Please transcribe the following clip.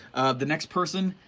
the next person,